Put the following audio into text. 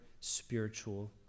spiritual